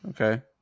okay